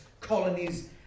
colonies